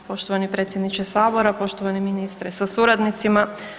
Poštovani predsjedniče Sabora, poštovani ministre sa suradnicima.